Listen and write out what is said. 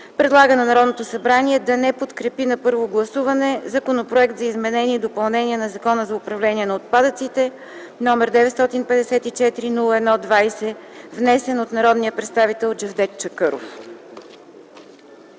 Предлага на Народното събрание да не подкрепи на първо гласуване Законопроект за изменение и допълнение на Закона за управление на отпадъците, № 954-01-20, внесен от народния представител Джевдет Чакъров.”